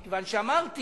מכיוון שאמרתי